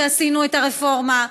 ועשינו את הרפורמה,